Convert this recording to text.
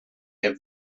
have